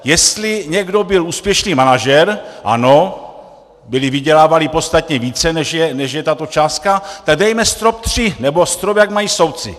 Jestli někdo byl úspěšný manažer, ano, vydělávalli podstatně více, než je tato částka, tak dejme strop tři, nebo strop, jak mají soudci.